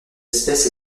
espèces